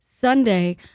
Sunday